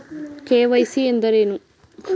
KYC ಎಂದರೇನು?